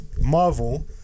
Marvel